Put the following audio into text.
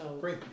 Great